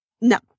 No